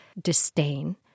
disdain